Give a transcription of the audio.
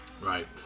Right